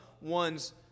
one's